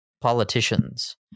politicians